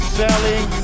selling